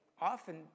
Often